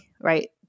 right